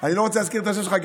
אני לא רוצה להזכיר את השם שלך,